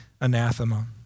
anathema